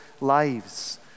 lives